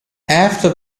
after